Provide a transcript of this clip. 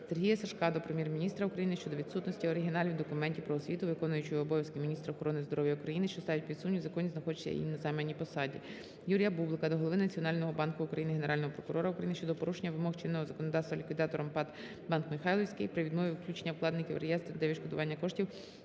Сергія Сажка до Прем'єр-міністра України щодо відсутності оригіналів документів про освіту виконуючої обов'язки міністра охорони здоров'я України, що ставить під сумнів законність знаходження її на займаній посаді. Юрія Бублика до голови Національного банку України, Генерального прокурора України щодо порушення вимог чинного законодавства ліквідатором ПАТ "Банк Михайлівський" при відмові включення вкладників у реєстр для відшкодування коштів,